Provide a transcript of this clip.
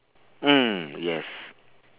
mm yes